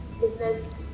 business